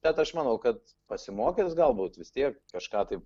bet aš manau kad pasimokys galbūt vis tiek kažką taip